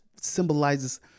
symbolizes